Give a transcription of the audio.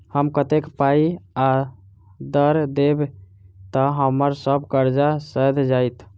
हम कतेक पाई आ दऽ देब तऽ हम्मर सब कर्जा सैध जाइत?